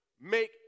make